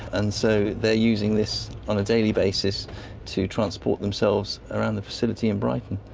and so they are using this on a daily basis to transport themselves around the facility in brighton.